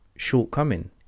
shortcoming